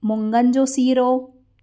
मुङनि जो सीरो